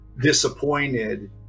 disappointed